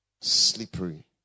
slippery